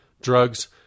drugs